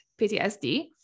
PTSD